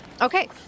Okay